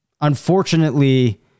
unfortunately